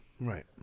Right